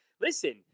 listen